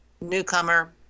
newcomer